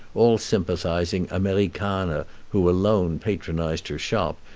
all-sympathizing amerikaner who alone patronized her shop,